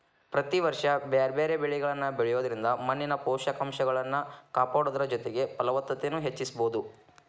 ಪ್ರತಿ ವರ್ಷ ಬ್ಯಾರ್ಬ್ಯಾರೇ ಬೇಲಿಗಳನ್ನ ಬೆಳಿಯೋದ್ರಿಂದ ಮಣ್ಣಿನ ಪೋಷಕಂಶಗಳನ್ನ ಕಾಪಾಡೋದರ ಜೊತೆಗೆ ಫಲವತ್ತತೆನು ಹೆಚ್ಚಿಸಬೋದು